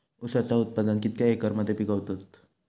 ऊसाचा उत्पादन कितक्या एकर मध्ये पिकवतत?